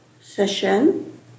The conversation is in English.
session